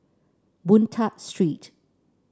Boon Tat Street